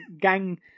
gang